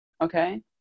okay